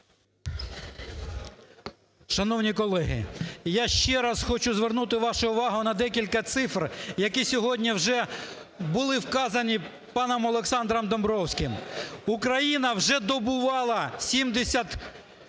Шановні колеги, я ще раз хочу звернути вашу увагу на декілька цифр, які сьогодні вже були вказані паном Олександром Домбровським. Україна вже добувала 70